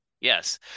Yes